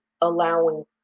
allowing